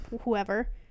whoever